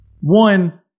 one